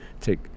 take